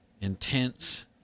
intense